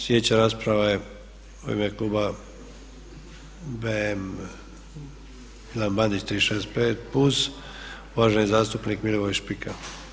Slijedeća rasprava je u ime kluba BM, Milan Bandić 365, BUZ, uvaženi zastupnik Milivoj Špika.